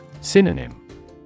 Synonym